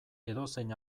edozein